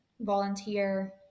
volunteer